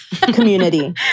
community